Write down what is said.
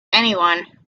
anyone